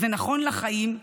זה נכון לחיים,